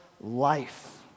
life